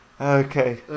Okay